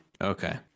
Okay